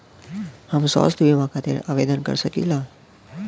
हम स्वास्थ्य बीमा खातिर आवेदन कर सकीला?